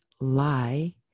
lie